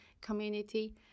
community